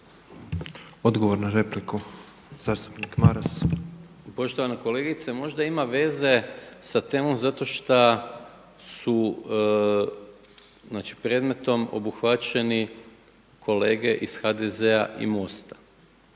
Odgovor na repliku zastupnik Maras. **Maras, Gordan (SDP)** Poštovana kolegice, možda ima veze sa temom zato šta su znači predmetom obuhvaćeni kolege iz HDZ-a i Mosta.